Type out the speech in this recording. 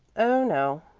oh, no,